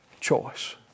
choice